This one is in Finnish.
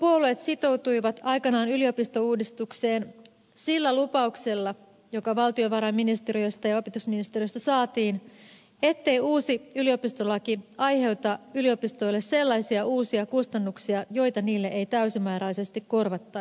hallituspuolueet sitoutuivat aikanaan yliopistouudistukseen sillä lupauksella joka valtiovarainministeriöstä ja opetusministeriöstä saatiin ettei uusi yliopistolaki aiheuta yliopistoille sellaisia uusia kustannuksia joita niille ei täysimääräisesti korvattaisi